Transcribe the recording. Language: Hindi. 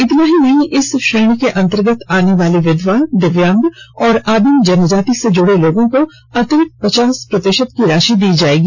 इतना ही नहीं इस श्रेणी के अंतर्गत आने वाली विधवा दिव्यांग और आदिम जनजाति से जुड़े लोगों को अतिरिक्त पचास प्रतिशत राशि दी जाएगी